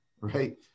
right